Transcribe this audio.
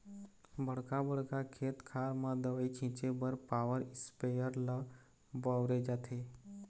बड़का बड़का खेत खार म दवई छिंचे बर पॉवर इस्पेयर ल बउरे जाथे